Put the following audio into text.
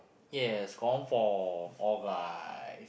yes confirm all guy